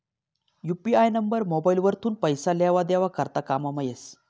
UPI number mobile वरथून पैसा लेवा देवा करता कामंमा येस